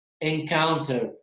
encounter